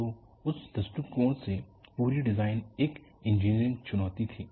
तो उस दृष्टिकोण से पूरी डिजाइन एक इंजीनियरिंग चुनौती थी